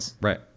Right